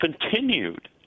continued